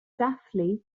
dathlu